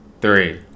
three